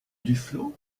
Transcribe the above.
duflot